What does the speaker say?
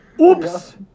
oops